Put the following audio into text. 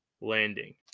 landing